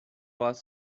باهات